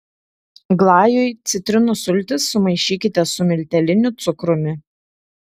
glajui citrinų sultis sumaišykite su milteliniu cukrumi